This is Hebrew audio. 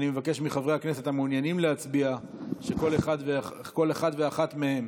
אני מבקש מחברי הכנסת המעוניינים להצביע שכל אחת ואחד מהם